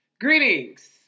Greetings